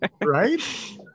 Right